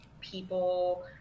people